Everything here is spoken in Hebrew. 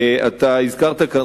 אתה הזכרת כאן,